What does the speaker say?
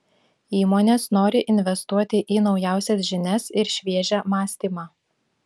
įmonės nori investuoti į naujausias žinias ir šviežią mąstymą